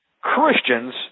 Christians